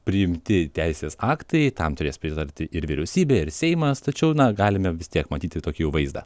priimti teisės aktai tam turės pritarti ir vyriausybė ir seimas tačiau na galime vis tiek matyti tokį jau vaizdą